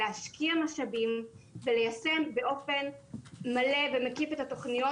להשקיע משאבים וליישם באופן מלא ומקיף את התוכניות,